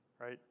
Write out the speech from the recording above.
right